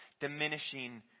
Diminishing